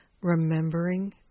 remembering